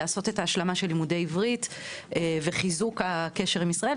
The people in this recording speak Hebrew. לעשות את ההשלמה של לימודי עברית וחיזוק הקשר עם ישראל.